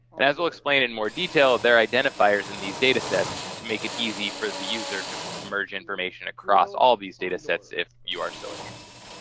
and as well, we'll explain in more detail their identifiers in these data sets to make it easy for the user to merge information across all these data sets, if you are so interested.